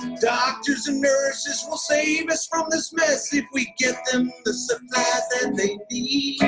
doctors and nurses will save us from this mess if we get them the supplies that they need